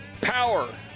power